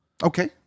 Okay